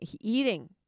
eating